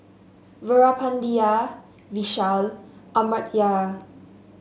Veerapandiya Vishal Amartya